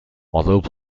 although